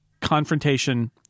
confrontation